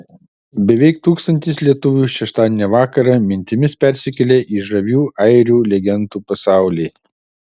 beveik tūkstantis lietuvių šeštadienio vakarą mintimis persikėlė į žavių airių legendų pasaulį